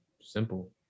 simple